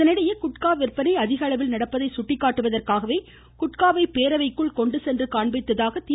இதனிடையே குட்கா விற்பனை அதிகளவில் நடப்பதை சுட்டிக்காட்டுவதற்காகவே குட்காவை பேரவைக்குள் கொண்டு சென்று காண்பித்ததாக தி